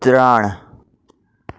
ત્રણ